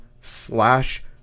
slash